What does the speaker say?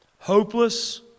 Hopeless